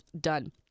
Done